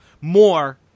more